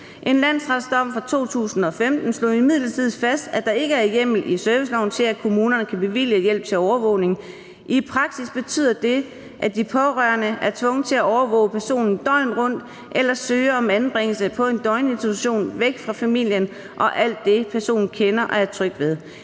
En landsretsdom fra 2015 slog imidlertid fast, at der ikke er hjemmel i serviceloven til, at kommunerne kan bevilge hjælp til overvågning. I praksis betyder det, at de pårørende er tvunget til at overvåge personen døgnet rundt eller søge om anbringelse på en døgninstitution væk fra familien og alt det, personen kender og er tryg ved.